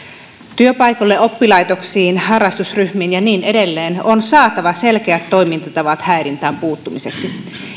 työpaikoille oppilaitoksiin harrastusryhmiin ja niin edelleen on saatava selkeät toimintatavat häirintään puuttumiseksi